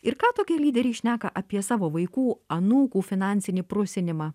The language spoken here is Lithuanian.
ir ką tokie lyderiai šneka apie savo vaikų anūkų finansinį prusinimą